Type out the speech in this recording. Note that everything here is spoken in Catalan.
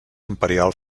imperial